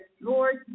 Lord